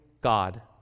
God